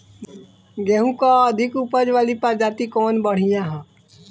गेहूँ क अधिक ऊपज वाली प्रजाति कवन बढ़ियां ह?